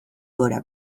gora